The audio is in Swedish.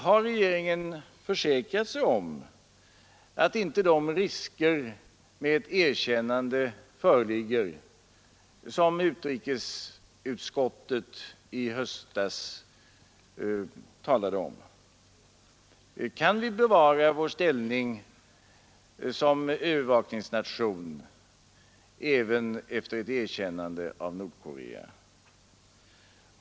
Har regeringen försäkrat sig om att inte de risker med ett erkännande föreligger som utrikesutskottet i höstas talade om? Kan vi bevara vår ställning som övervakningsnation även efter ett erkännande av Nordkorea?